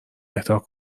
اهدا